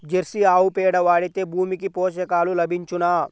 Jersey ఆవు పేడ వాడితే భూమికి పోషకాలు లభించునా?